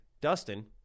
Dustin